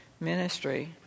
ministry